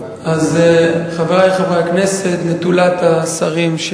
חברי חברי הכנסת נטולת השרים,